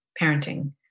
Parenting